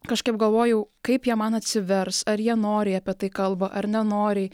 kažkaip galvojau kaip jie man atsivers ar jie noriai apie tai kalba ar nenoriai